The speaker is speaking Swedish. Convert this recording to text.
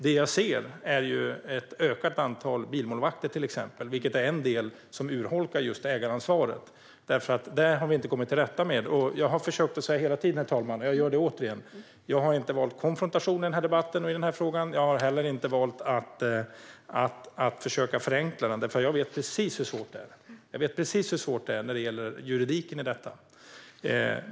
Det jag ser är till exempel ett ökat antal bilmålvakter, vilket är en del som urholkar ägaransvaret. Det har vi inte kommit till rätta med. Jag har försökt säga det hela tiden, herr talman, och jag gör det återigen: Jag har inte valt konfrontation i den här debatten eller den här frågan. Jag har heller inte valt att försöka förenkla den, för jag vet precis hur svårt detta är. Jag vet precis hur svårt det är när det gäller juridiken i detta.